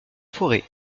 forêt